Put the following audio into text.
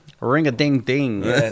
Ring-a-ding-ding